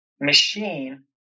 machine